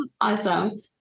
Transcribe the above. Awesome